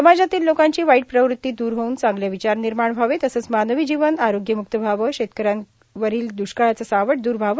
समाजातील लोकांची वाईट प्रवृत्ती दूर होऊन चांगले विचार निर्माण व्हावे तसंच मानवी जीवन आरोग्य म्रक्त व्हावा शेतकऱ्यांवरील द्रष्काळाचा सावट दूर व्हावा